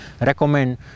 Recommend